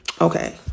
okay